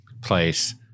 place